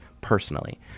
personally